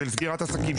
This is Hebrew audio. של סגירת עסקים,